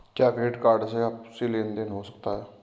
क्या credit card से आपसी लेनदेन हो सकता है?